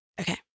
Okay